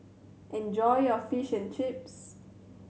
enjoy your Fish and Chips